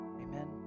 amen